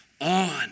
on